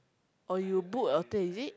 or you book hotel is it